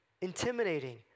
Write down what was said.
intimidating